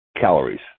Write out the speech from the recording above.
calories